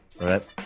right